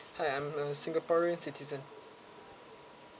hi I'm a singaporean citizen